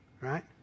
right